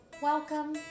Welcome